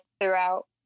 throughout